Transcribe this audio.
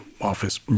office